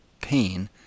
pain